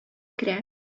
керә